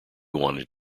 wanted